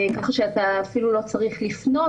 ככה שאתה אפילו לא צריך לפנות,